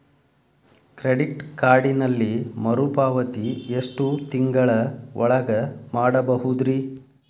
Credit ಕಾರ್ಡಿನಲ್ಲಿ ಮರುಪಾವತಿ ಎಷ್ಟು ತಿಂಗಳ ಒಳಗ ಮಾಡಬಹುದ್ರಿ?